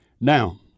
Now